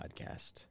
Podcast